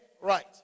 Right